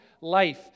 life